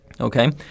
Okay